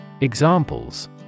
Examples